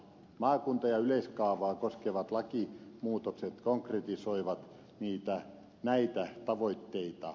maakunta ja yleiskaavaa koskevat lakimuutokset konkretisoivat näitä tavoitteita